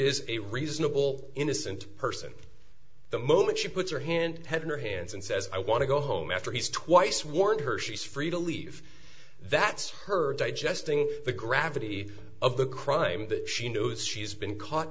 is a reasonable innocent person the moment she puts her hand head in her hands and says i want to go home after he's twice warned her she's free to leave that's her digesting the gravity of the crime but she knows she's been caught